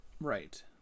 right